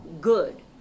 good